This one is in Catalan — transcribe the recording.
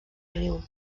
riu